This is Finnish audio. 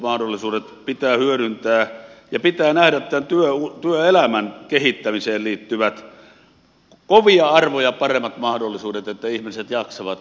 mahdollisuudet pitää hyödyntää ja pitää nähdä tämän työelämän kehittämiseen liittyvät kovia arvoja paremmat mahdollisuudet että ihmiset jaksavat